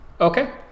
Okay